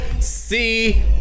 see